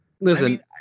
Listen